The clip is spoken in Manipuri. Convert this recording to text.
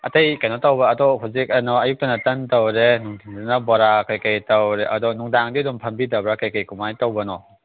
ꯑꯇꯩ ꯀꯩꯅꯣ ꯇꯧꯕ꯭ꯔꯥ ꯑꯗꯣ ꯍꯧꯖꯤꯛ ꯀꯩꯅꯣ ꯑꯌꯨꯛꯇꯅ ꯇꯟ ꯇꯧꯔꯦ ꯅꯨꯡꯊꯤꯜꯗꯅ ꯕꯣꯔꯥ ꯀꯩꯀꯩ ꯇꯧꯔꯦ ꯑꯗꯣ ꯅꯨꯡꯗꯥꯡꯗꯤ ꯑꯗꯨꯝ ꯐꯝꯕꯤꯗꯕ꯭ꯔꯥ ꯀꯩꯀꯩ ꯀꯃꯥꯏ ꯇꯧꯕꯅꯣ